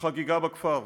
חגיגה בכפר,